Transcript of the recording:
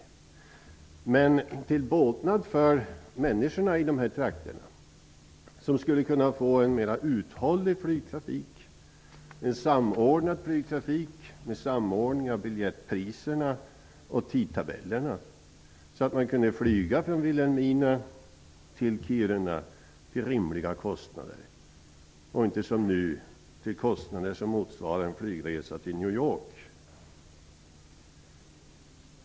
En samlad upphandling skulle vara till båtnad för människorna i de här trakterna, som skulle få en mera uthållig flygtrafik, en flygtrafik med samordning av biljettpriserna och tidtabellerna, så att man kunde flyga från Vilhelmina till Kiruna till rimliga kostnader och inte som nu till kostnader som motsvarar en flygresa till New York.